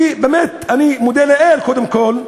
ובאמת, אני מודה לאל, קודם כול,